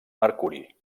mercuri